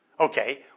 Okay